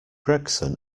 gregson